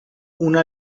una